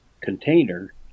container